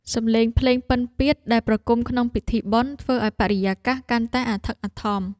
សម្លេងភ្លេងពិណពាទ្យដែលប្រគំក្នុងពិធីបុណ្យ ធ្វើឱ្យបរិយាកាសកាន់តែអធិកអធម។